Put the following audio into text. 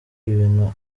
ibintu